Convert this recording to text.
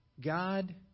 God